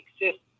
exist